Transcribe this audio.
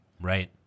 Right